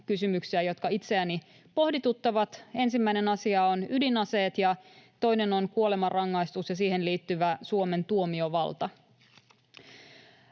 kysymyksiä, jotka itseäni pohdituttavat. Ensimmäinen asia on ydinaseet, ja toinen on kuolemanrangaistus ja siihen liittyvä Suomen tuomiovalta.